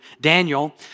Daniel